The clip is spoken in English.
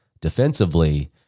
defensively